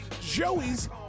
Joey's